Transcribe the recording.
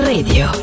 Radio